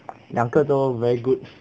两个都 very good